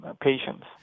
patients